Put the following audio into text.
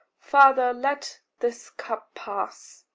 father, let this cup pass.